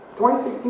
2016